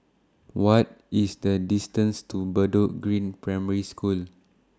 What IS The distance to Bedok Green Primary School